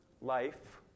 life